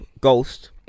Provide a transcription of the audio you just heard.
ghost